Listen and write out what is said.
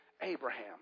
Abraham